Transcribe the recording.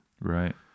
Right